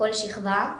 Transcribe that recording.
לכל שכבה,